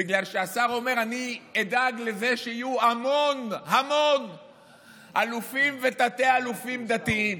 בגלל שהשר אומר: אני אדאג לזה שיהיו המון המון אלופים ותת-אלופים דתיים,